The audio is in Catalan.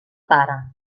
pare